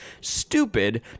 STUPID